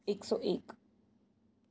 એકસો એક